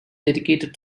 dedicated